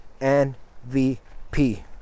nvp